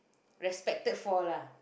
respected for lah